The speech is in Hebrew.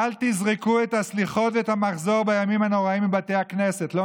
אל תזרקו את הסליחות ואת המחזור מבתי הכנסת בימים הנוראים.